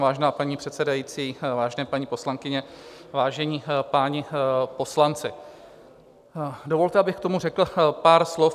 Vážená paní předsedající, vážené paní poslankyně, vážení páni poslanci, dovolte, abych k tomu řekl pár slov.